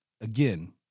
Again